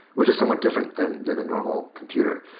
which is somewhat different than than a normal computer.